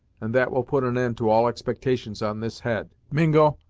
and that will put an end to all expectations on this head. mingo,